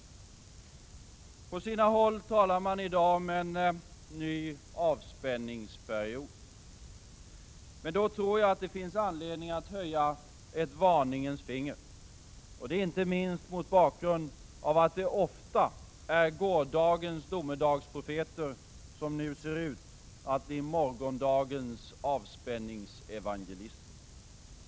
På sina håll talar man i dag om en ny avspänningsperiod. Men då tror jag att det finns anledning att höja ett varningens finger, icke minst mot bakgrund av att gårdagens domedagsprofeter ofta ser ut att bli morgondagens avspänningsevangelister.